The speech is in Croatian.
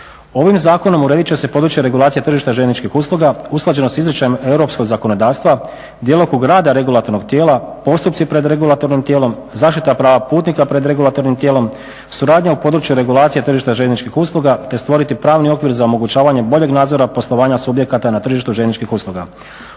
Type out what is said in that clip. Ovim zakonom uredit će se područje regulacije tržišta željezničkih usluga, usklađeno s izričajem europskog zakonodavstva, djelokrug rada regulatornog tijela, postupci pred regulatornim tijelom, zaštita prava putnika pred regulatornim tijelom, suradnja u području regulacije tržišta željezničkih usluga te stvoriti pravni okvir za omogućavanje boljeg nadzora poslovanja subjekata na tržištu željezničkih usluga.